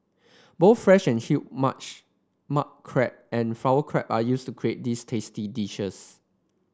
both fresh and huge much mud crab and flower crab are used to create these tasty dishes